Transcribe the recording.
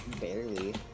barely